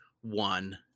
one